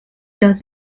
does